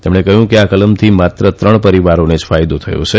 તેમણે કહ્યું કે આ કલમથી માત્ર ત્રણ પરિવારોને જ ફાયદો થયો છે